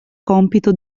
compito